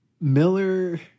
Miller